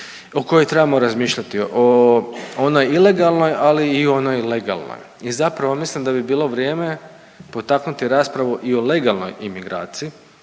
o kojoj trebamo razmišljati o onoj ilegalnoj, ali i onoj legalnoj. I zapravo mislim da bi bilo vrijeme potaknuti raspravu i o legalnoj imigraciji